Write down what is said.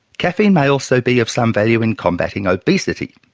caffeine may also be of some value in combating obesity,